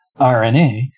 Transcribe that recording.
RNA